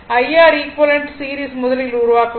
IR equivalent series முதலில் உருவாக்க வேண்டும்